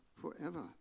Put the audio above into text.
forever